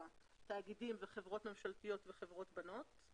תאגידים וחברות ממשלתיות וחברות בנות,